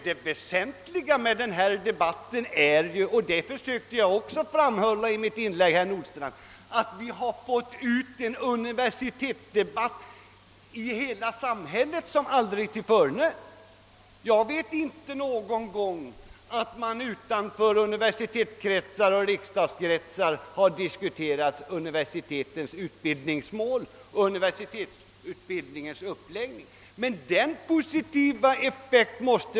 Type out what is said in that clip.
Jag försökte också tidigare framhålla att det väsentliga med debatten om UKAS är att frågan om universiteten har diskuterats som aldrig förr i hela samhället. Jag känner inte till att universitetens utbildningsmål och universitetsutbildningens uppläggning någon gång har debatterats utanför universitetsoch riksdagskretsar.